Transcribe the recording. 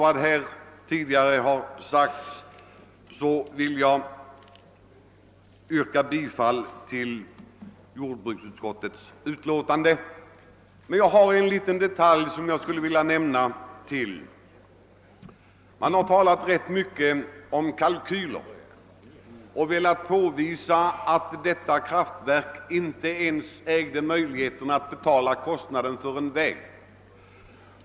Med det sagda vill jag yrka bifall till jordbruksutskotteis hemställan. Jag skulle också vilja säga några ord om ytterligare en detalj. Det har talats rätt mycket om kalkyler och man har velat påvisa, att detta kraftverk inte ens kan betala kostnaden för en väg.